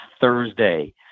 Thursday